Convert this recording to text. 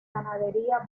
ganadería